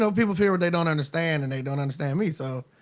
so people fear what they don't understand and they don't understand me so,